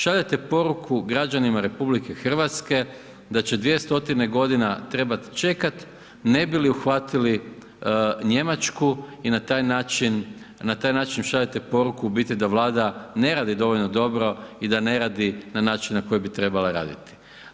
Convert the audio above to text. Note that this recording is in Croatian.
Šaljete poruku građanima RH, da će 200 godina trebati čekati ne bi li uhvatili Njemačku i na taj način, na taj šaljete poruku u biti da Vlada ne radi dovoljno dobro i da ne radi na način na koji bi trebala raditi.